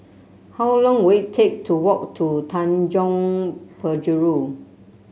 how long will it take to walk to Tanjong Penjuru